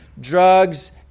drugs